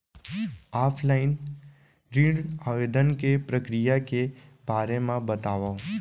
Offline ऋण आवेदन के प्रक्रिया के बारे म बतावव?